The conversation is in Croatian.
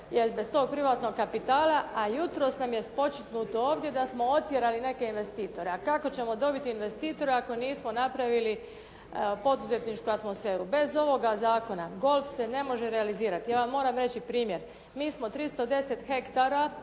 jel' bez tog privatnog kapitala, a jutros nam je spočitnuto ovdje da smo otjerali neke investitore, a kako ćemo dobiti investitore ako nismo napravili poduzetničku atmosferu. Bez ovoga zakona golf se ne može realizirati. Ja vam moram reći primjer. Mi smo 310 hektara